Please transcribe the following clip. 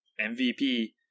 MVP